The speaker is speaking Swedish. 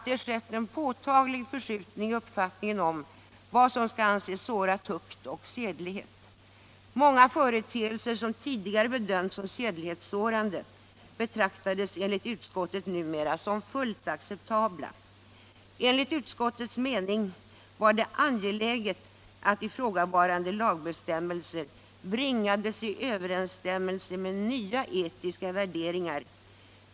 påtaglig förskjutning i uppfattningen om vad som skall anses såra tukt och sedlighet. Många företeelser som tidigare bedömts som sedlighetssårande betraktades enligt utskottet numera som fullt acceptabla. Enligt utskottets mening var det angeläget att ifrågavarande lagbestämmelser bringades i överensstämmelse med nya etiska värderingar.